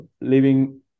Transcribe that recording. Living